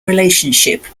relationship